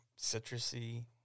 citrusy